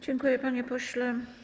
Dziękuję panie pośle.